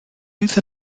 oedd